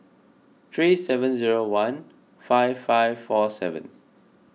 three seven zero one five five four seven